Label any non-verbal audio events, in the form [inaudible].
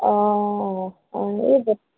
অঁ অঁ অঁ [unintelligible]